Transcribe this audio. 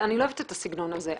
אני לא אוהבת את הסגנון הזה.